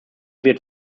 wird